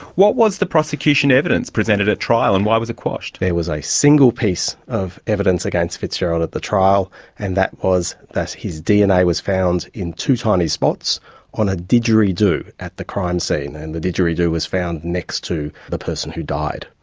what was the prosecution evidence presented at trial and why was it quashed? there was a single piece of evidence against fitzgerald at the trial and that was that his dna was found in two tiny spots on a didgeridoo at the crime scene, and the didgeridoo was found next to the person who died.